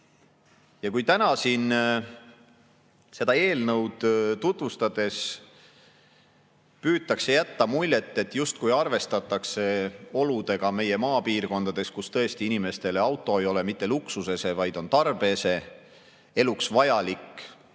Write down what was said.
kaugusele. Täna seda eelnõu tutvustades püütakse jätta muljet, et justkui arvestatakse oludega meie maapiirkondades, kus tõesti auto ei ole inimestele mitte luksusese, vaid on tarbeese, eluks vajalik